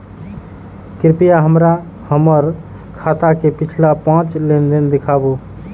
कृपया हमरा हमर खाता के पिछला पांच लेन देन दिखाबू